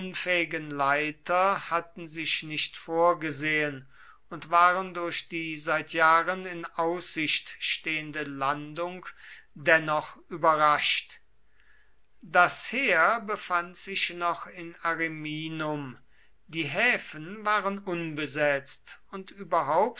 unfähigen leiter hatten sich nicht vorgesehen und waren durch die seit jahren in aussicht stehende landung dennoch überrascht das heer befand sich noch in ariminum die häfen waren unbesetzt und überhaupt